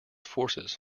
forces